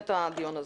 אז מה אתם רוצים?